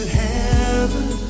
heaven